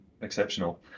exceptional